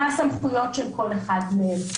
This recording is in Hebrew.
מה הסמכויות של כל אחד מהם,